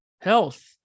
Health